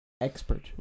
Expert